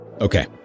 Okay